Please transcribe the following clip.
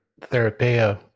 Therapeia